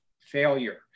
failure